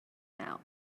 out